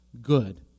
good